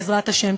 בעזרת השם.